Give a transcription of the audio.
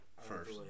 first